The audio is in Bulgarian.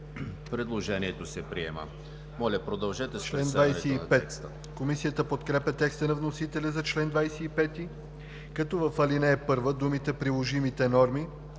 Предложението се приема. Моля, продължете с представянето на текста,